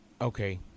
okay